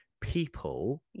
people